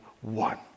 one